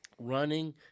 running